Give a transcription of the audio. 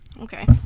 Okay